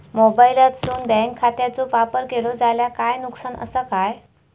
मोबाईलातसून बँक खात्याचो वापर केलो जाल्या काय नुकसान असा काय?